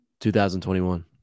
2021